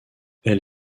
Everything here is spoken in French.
elle